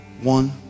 One